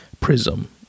prism